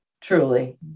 truly